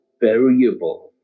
variable